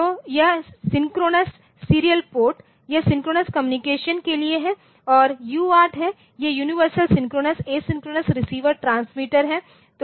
तो यह synchronous serial port यह सिंक्रोनस कम्युनिकेशन के लिए है और UARTहै यह universal synchronous asynchronous receiver transmitter है